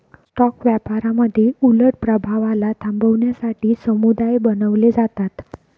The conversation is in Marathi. स्टॉक व्यापारामध्ये उलट प्रभावाला थांबवण्यासाठी समुदाय बनवले जातात